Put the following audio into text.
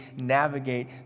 navigate